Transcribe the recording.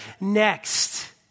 Next